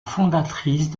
fondatrice